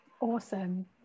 Awesome